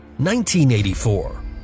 1984